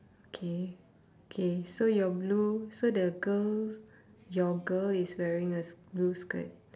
K K so your blue so the girl your girl is wearing a sk~ blue skirt